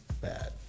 bad